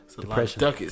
depression